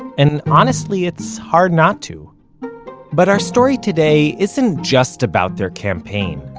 and honestly, it's hard not to but our story today isn't just about their campaign.